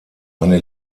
eine